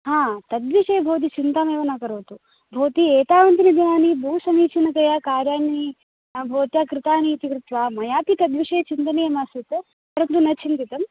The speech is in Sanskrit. हा तद्विषये भवती चिन्तामेव न करोतु भवती एतावन्तीनि दिनानि बहु समीचिनतया कार्याणि भवत्या कृतानि इति कृत्वा मया कदापि तद्विषये चिन्तनीयमासीत् परन्तु न चिन्तितं